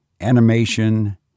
animation